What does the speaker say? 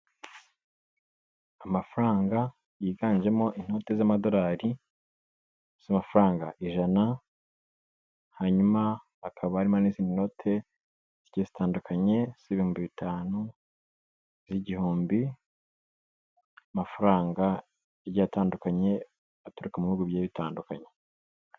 Amafaranga yiganjemo inoti z'amadolari z'amafaranga ijana, hanyuma hakaba harimo n'izindi note zigiye zitandukanye z'ibihumbi bitanu, z'igihumbi, amafaranga agiye atandukanye aturuka mu bihugu bigiye bitandukanye.